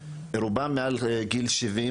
היינו צריכים להעביר לרמב"ם